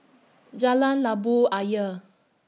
Jalan Labu Ayer